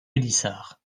pélissard